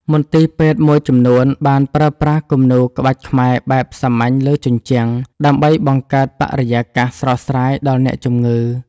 មន្ទីរពេទ្យមួយចំនួនបានប្រើប្រាស់គំនូរក្បាច់ខ្មែរបែបសាមញ្ញលើជញ្ជាំង ដើម្បីបង្កើតបរិយាកាសស្រស់ស្រាយដល់អ្នកជំងឺ។